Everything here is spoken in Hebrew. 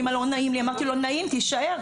אמרתי לו: נעים, תישאר.